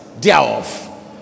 thereof